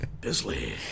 Bisley